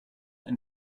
and